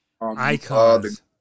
icons